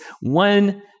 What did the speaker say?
one